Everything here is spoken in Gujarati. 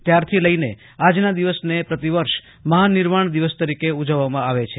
ત્યારથી લઈને આજના દિવસને પ્રતિ વર્ષ મહાનિર્વાણ દિવસ તરીકે ઉજવવામાં આવે છે